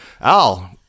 Al